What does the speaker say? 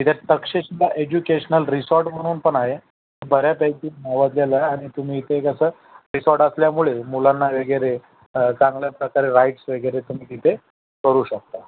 तिथे Takshashila educational resort म्हणून पण आहे बऱ्यापैकी नावाजलेलं आहे आणि तुम्ही इथे कसं रिसॉर्ट असल्यामुळे मुलांना वगैरे चांगल्याप्रकारे राईड्स वगैरे तुम्ही तिथे करू शकता